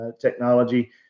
technology